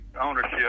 ownership